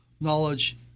knowledge